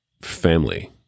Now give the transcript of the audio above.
family